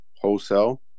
wholesale